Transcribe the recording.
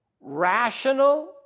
rational